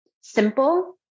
simple